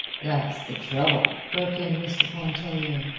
that's the trouble, broke in mr. pontellier,